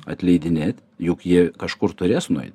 atleidinėt juk jie kažkur turės nueit